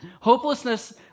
Hopelessness